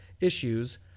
issues